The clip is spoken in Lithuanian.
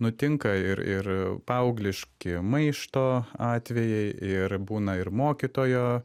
nutinka ir ir paaugliški maišto atvejai ir būna ir mokytojo